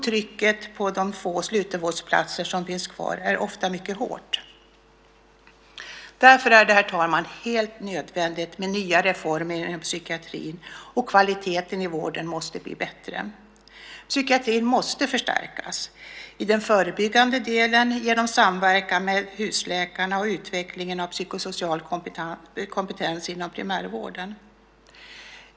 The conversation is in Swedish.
Trycket på de få slutenvårdsplatser som finns kvar är ofta mycket hårt. Därför är det, herr talman, helt nödvändigt med nya reformer inom psykiatrin, och kvaliteten i vården måste bli bättre. Psykiatrin måste förstärkas i den förebyggande delen genom samverkan med husläkarna och genom utvecklingen av psykosocial kompetens inom primärvården.